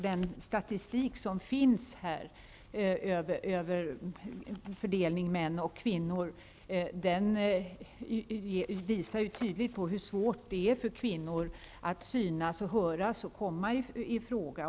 Den statistik som finns över fördelningen mellan kvinnor och män i högskolan visar tydligt hur svårt det är för kvinnor att synas och höras och komma i fråga.